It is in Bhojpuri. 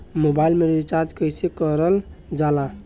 मोबाइल में रिचार्ज कइसे करल जाला?